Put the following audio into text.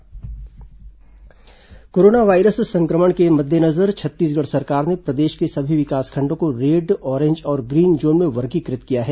corona zone निर्धारण corona virus संक्रमण के मद्देनजर छत्तीसगढ़ सरकार ने प्रदेश के सभी विकासखंडों को रेड ऑरेंज और ग्रीन जोन में वर्गीकृत किया है